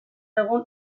egun